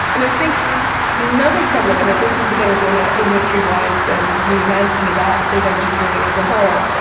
and i think another problem, and this is going to go now industry-wise and me ranting about data engineering as a whole,